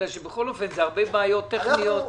בכל אופן, זה כרוך בהרבה בעיות טכניות.